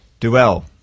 Duell